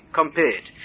compared